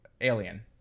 alien